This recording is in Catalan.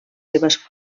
seves